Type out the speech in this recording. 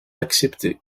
acceptée